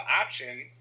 option